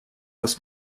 das